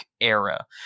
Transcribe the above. era